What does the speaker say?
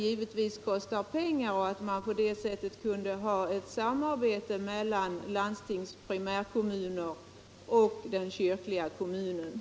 Givetvis kostar detta pengar, men på detta sätt kunde man ha ett samarbete mellan landstingskommuner, primärkommuner och kyrkliga kommuner.